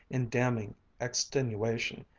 in damning extenuation,